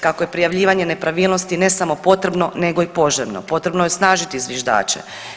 Kako je prijavljivanje nepravilnosti ne samo potrebno, nego i poželjno potrebno je osnažiti zviždača.